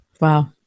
Wow